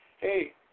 Hey